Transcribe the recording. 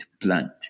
plant